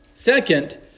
Second